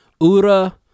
Ura